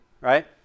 right